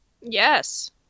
Yes